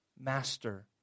Master